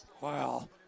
Wow